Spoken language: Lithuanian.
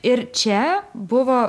ir čia buvo